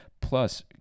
Plus